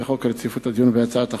לפי חוק רציפות הדיון בהצעות החוק,